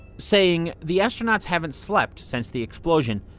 saying the astronauts haven't slept since the explosion.